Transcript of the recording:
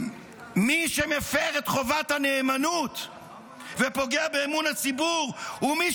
מי שמפר את חובת הנאמנות ופוגע באמון הציבור הוא מי